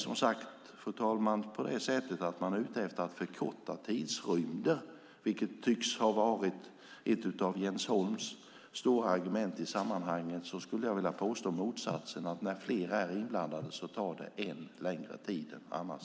Om man är ute efter att förkorta tidsrymden, vilket tycks vara ett av Jens Holms stora argument i sammanhanget, skulle jag vilja påstå att när fler är inblandade tar det längre tid än annars.